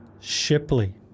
Shipley